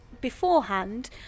beforehand